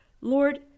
Lord